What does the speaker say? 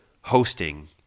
hosting